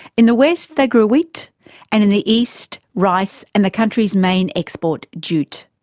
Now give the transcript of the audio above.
in the west they grew wheat and in the east rice and the country's main export, jute.